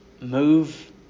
move